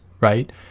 Right